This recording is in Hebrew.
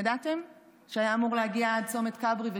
ידעתם שהיה אמור להגיע עד צומת כברי ושלומי?